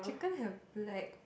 chicken have no hair